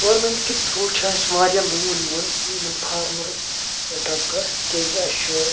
government کہِ through چھُ اَسہِ واریاہ لون یِوان یمن فارمَر طَبقَس تکیازِ اَسہِ چھُ